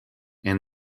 and